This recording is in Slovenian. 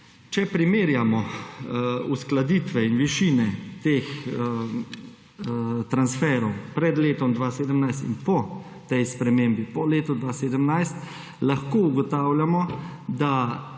Če primerjamo uskladitve in višine teh transferov pred letom 2017 in po tej spremembi, po letu 2017, lahko ugotavljamo, da